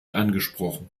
angesprochen